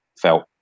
felt